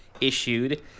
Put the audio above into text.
issued